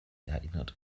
erinnert